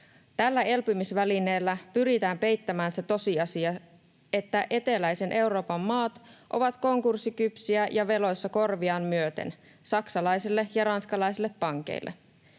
Tällä elpymisvälineellä pyritään peittämään se tosiasia, että eteläisen Euroopan maat ovat konkurssikypsiä ja korviaan myöten veloissa saksalaisille ja ranskalaisille pankeille.